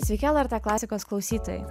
sveiki lrt klasikos klausytojai